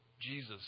Jesus